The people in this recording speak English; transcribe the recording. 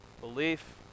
belief